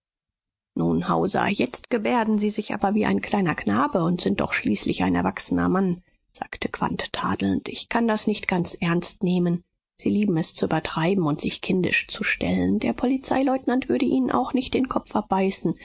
nun hauser jetzt gebärden sie sich aber wie ein kleiner knabe und sind doch schließlich ein erwachsener mann sagte quandt tadelnd ich kann das nicht ganz ernst nehmen sie lieben es zu übertreiben und sich kindisch zu stellen der polizeileutnant würde ihnen auch nicht den kopf abbeißen